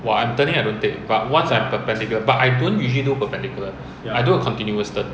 你有碰过 head wind 的 meh 很少 lah